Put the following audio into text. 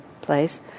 place